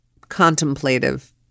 contemplative